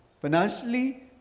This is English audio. financially